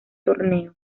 torneo